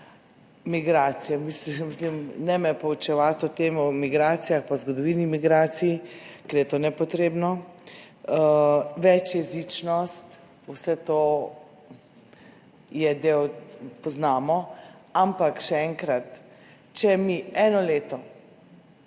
migracije, ne me poučevati o tem, o migracijah pa o zgodovini migracij, ker je to nepotrebno. Večjezičnost, vse to poznamo, ampak še enkrat, če mi eno leto